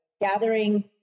gathering